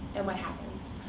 and what happens?